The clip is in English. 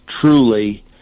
truly